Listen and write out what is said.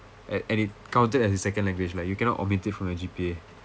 and and it counted as his second language like you cannot omit it from your G_P_A